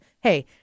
Hey